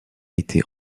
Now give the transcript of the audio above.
été